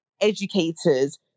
educators